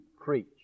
preach